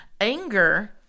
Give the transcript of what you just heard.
anger